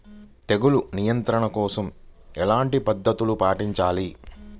తెగులు నియంత్రణ కోసం ఎలాంటి పద్ధతులు పాటించాలి?